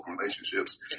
relationships